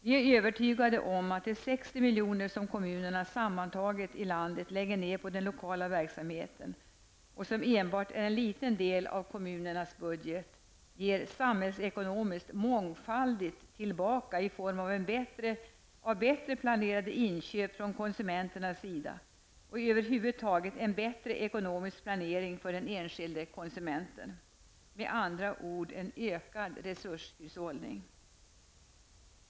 Vi är övertygade om att de 60 miljoner som kommunerna sammantaget lägger ner på den lokala verksamheten -- och som enbart är en liten del av kommunernas budget -- ges samhällsekonomiskt mångfaldigt tillbaka i form av bättre planerade inköp från konsumenternas sida och över huvud taget bättre ekonomisk planering för den enskilda konsumenten. Med andra ord en ökad resurshushållning!